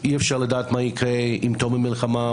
אי אפשר לדעת מה יקרה עם תום המלחמה,